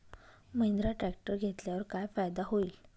Mahindra tractor घेतल्यावर काय फायदा होईल?